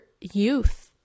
youth